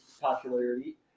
popularity